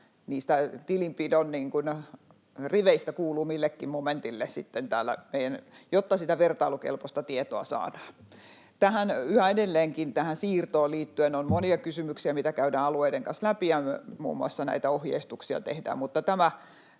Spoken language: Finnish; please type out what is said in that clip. niistä tilinpidon riveistä kuuluvat millekin momentille, jotta sitä vertailukelpoista tietoa saadaan. Tähän siirtoon liittyen on yhä edelleenkin monia kysymyksiä, mitä käydään alueiden kanssa läpi, ja muun muassa näitä ohjeistuksia